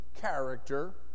character